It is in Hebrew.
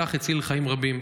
בכך הוא הציל חיים רבים.